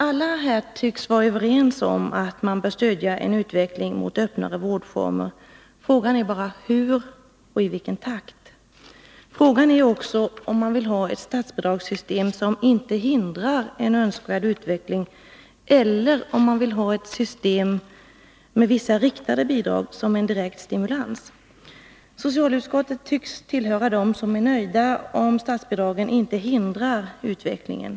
Alla här tycks vara överens om att man bör stödja en utveckling mot öppnare vårdformer. Frågan är bara hur och i vilken takt. Frågan är också om man vill ha ett statsbidragssystem som inte hindrar en önskvärd utveckling eller om man vill ha ett system med vissa riktade bidrag som en direkt stimulans. Socialutskottet tycks tillhöra dem som är nöjda om statsbidragen inte hindrar utvecklingen.